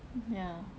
ya